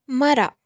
ಮರ